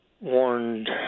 warned